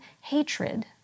hatred